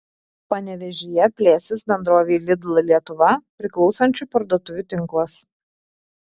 panevėžyje plėsis bendrovei lidl lietuva priklausančių parduotuvių tinklas